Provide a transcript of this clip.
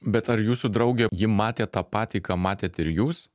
bet ar jūsų draugė ji matė tą patį ką matėt ir jūs